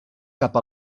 cap